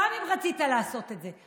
גם אם רצית לעשות את זה,